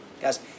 Guys